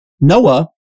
Noah